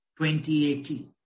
2018